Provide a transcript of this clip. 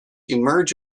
emerge